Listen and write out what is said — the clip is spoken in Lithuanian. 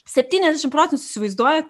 septyniasdešimt procentų jūs įsivaizduojat